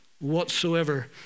whatsoever